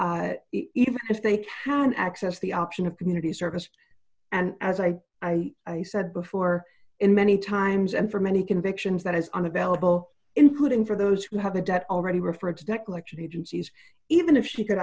even if they can access the option of community service and as i i i said before in many times and for many convictions that is unavailable including for those who have a debt already referred to debt collection agencies even if he could